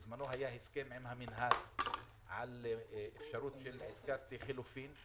בזמנו היה הסכם עם המינהל על אפשרות של עסקת חילופין,